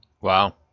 Wow